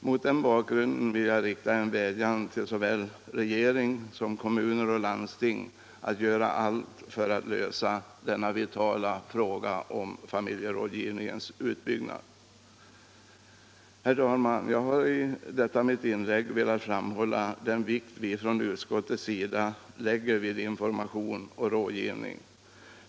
Mot den bakgrunden vill jag rikta en vädjan till såväl regering som kommuner och landsting att göra allt för att lösa den vitala frågan om familjerådgivningens utbyggnad. Herr talman! Jag har med detta mitt inlägg velat framhålla den vikt vi i utskottet lägger vid information och rådgivning.